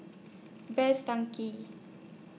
Best Denki